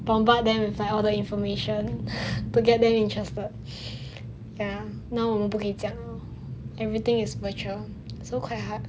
bombard them with all the information to get them interested ya now 我们不可以这样 everything is virtual so quite hard